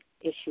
issue